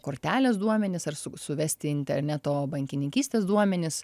kortelės duomenis ar su suvesti interneto bankininkystės duomenis